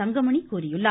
தங்கமணி கூறியுள்ளார்